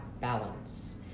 balance